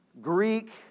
Greek